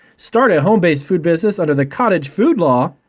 start a home-based food business under the cottage food law,